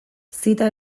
zita